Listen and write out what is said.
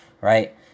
right